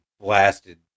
blasted